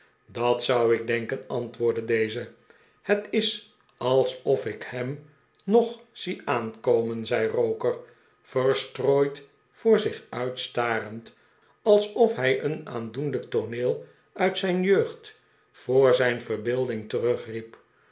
dat zou ik denken antwoordde deze het is alsof ik hem nog zie aankomen zei roker verstrooid voor zich uitstarend alsof hij een aandoenlijk tooneel uit zijn jeugd voor zijn verbeelding